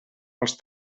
els